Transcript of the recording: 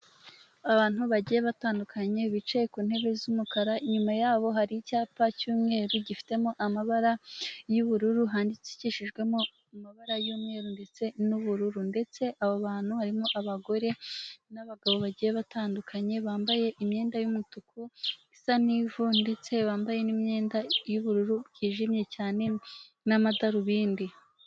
Abantu bagiye batandukanye bicaye ku ntebe z'umukara, inyuma yabo hari icyapa cy'umweru gifitemo amabara y'ubururu handikishijwemo amabara y'umweru ndetse n'ubururu ndetse abo bantu harimo abagore n'abagabo bagiye batandukanye bambaye imyenda y'umutuku, isa n'ivu ndetse bambaye n'imyenda y'ubururu bwijimye cyane n'amadarubindi.